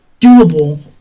doable